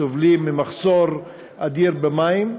סובלים ממחסור אדיר במים,